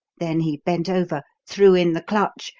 then he bent over, threw in the clutch,